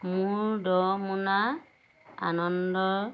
মোৰ দহ মোনা আনন্দ